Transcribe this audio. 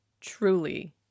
truly